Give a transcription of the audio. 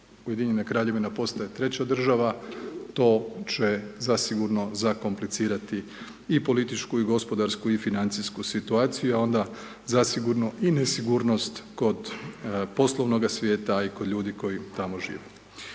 Ujedinjena Kraljevina postaje treća država, to će zasigurno zakomplicirati i političku i gospodarsku i financijsku situaciju, a onda zasigurno i nesigurnost kod poslovnoga svijeta, a i kod ljudi koji tamo žive.